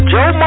Joe